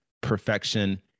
perfection